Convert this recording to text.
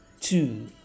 two